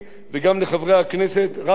רק את המספרים המדוברים היום.